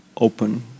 open